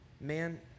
Man